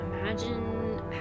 Imagine